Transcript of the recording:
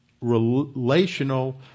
relational